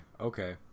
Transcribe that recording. Okay